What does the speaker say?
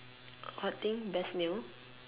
what thing best meal